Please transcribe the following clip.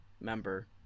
member